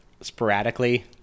sporadically